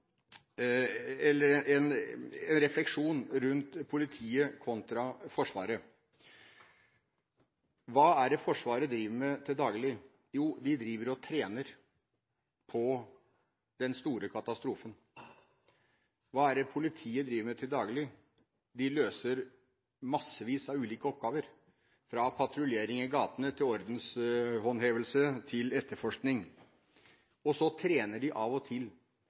refleksjon rundt politiet kontra Forsvaret. Hva driver Forsvaret med til daglig? Jo, de trener på den store katastrofen. Hva driver politiet med til daglig? De løser mange ulike oppgaver – fra patruljering i gatene til ordenshåndhevelse til etterforskning. Så trener de av og til